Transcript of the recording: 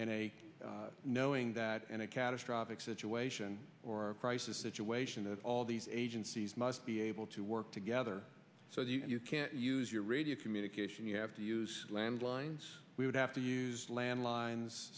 a knowing that and a catastrophic situation or a crisis situation that all these agencies must be able to work together so you can't use your radio communication you have to use landlines we would have to use landlines